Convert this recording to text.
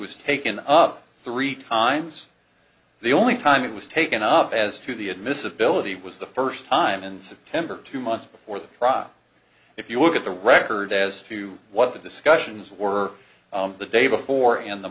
was taken up three times the only time it was taken up as to the admissibility was the first time in september two months before the trial if you look at the record as to what the discussions were on the day before in the